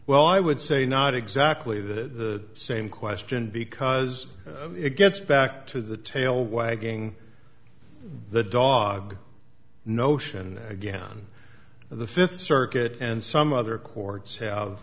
well i would say not exactly the same question because it gets back to the tail wagging the dog notion again on the fifth circuit and some other courts have